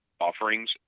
offerings